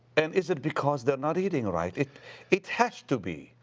and is it because they're not eating right? it it has to be!